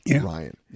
Ryan